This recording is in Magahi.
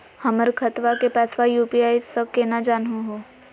हमर खतवा के पैसवा यू.पी.आई स केना जानहु हो?